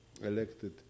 elected